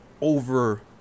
over